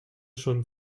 schon